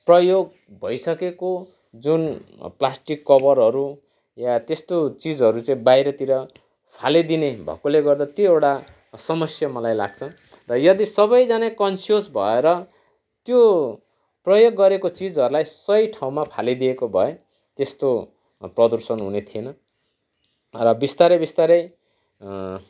प्रयोग भइसकेको जुन प्लास्टिक कभरहरू या त्यस्तो चिजहरू चाहिँ बाहिरतिर फालिदिने भएकोले गर्दा त्यो एउटा समस्या मलाई लाग्छ र यदि सबैजना कन्सियस भएर त्यो प्रयोग गरेको चिजहरूलाई सही ठाउँमा फालिदिएको भए त्यस्तो प्रदूषण हुने थिएन बिस्तारै बिस्तारै